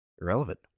irrelevant